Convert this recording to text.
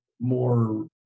more